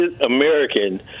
American